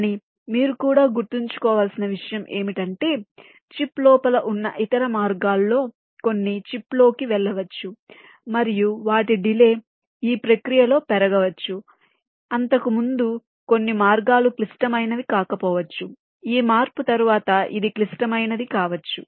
కానీ మీరు కూడా గుర్తుంచుకోవలసిన విషయం ఏమిటంటే చిప్ లోపల ఉన్న ఇతర మార్గాల్లో కొన్ని చిప్లోకి వెళ్ళవచ్చు మరియు వాటి డిలే ఈ ప్రక్రియలో పెరగవచ్చు అంతకుముందు కొన్ని మార్గాలు క్లిష్టమైనవి కాకపోవచ్చు ఈ మార్పు తరువాత ఇది క్లిష్టమైనది కావచ్చు